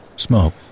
Smoke